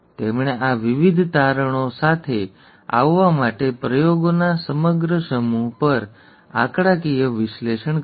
તેમણે આ વિવિધ તારણો સાથે આવવા માટે પ્રયોગોના સમગ્ર સમૂહ પર આંકડાકીય વિશ્લેષણ કર્યું